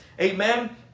Amen